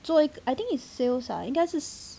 做一个 I think its sales ah 应该是